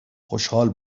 خوشحال